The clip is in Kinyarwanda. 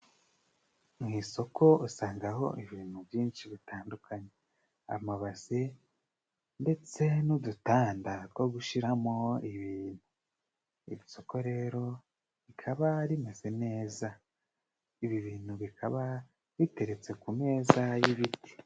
Mu isoko usanga aho ibintu byinshi bitandukanye, amabase ndetse n'udutanda two gushiramo ibintu. Isoko rero rikaba rimeze neza, ibi bintu bikaba biteretse ku meza y'ibiti.